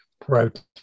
protein